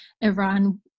Iran